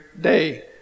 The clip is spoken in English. day